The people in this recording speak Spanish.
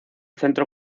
centro